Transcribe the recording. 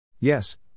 Yes